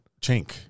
Chink